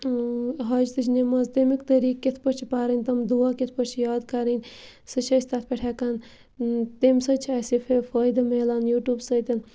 حاجتٕچ نٮ۪ماز تَمیُک طریٖقہٕ کِتھ پٲٹھۍ چھِ پَرٕنۍ تِم دُعا کِتھ پٲٹھۍ چھِ یاد کَرٕنۍ سُہ چھِ أسۍ تَتھ پٮ۪ٹھ ہٮ۪کان تمہِ سۭتۍ چھُ اَسہِ یہِ فہ فٲیدٕ مِلان یوٗٹیوٗب سۭتۍ